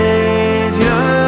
Savior